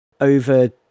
over